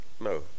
No